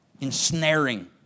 ensnaring